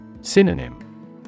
Synonym